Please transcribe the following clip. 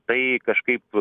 tai kažkaip